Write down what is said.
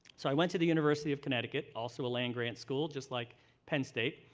so i went to the university of connecticut, also a land-grant school just like penn state,